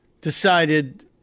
decided